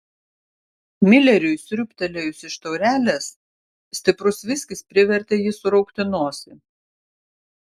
mileriui sriūbtelėjus iš taurelės stiprus viskis privertė jį suraukti nosį